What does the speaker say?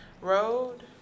Road